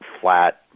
flat